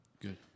Good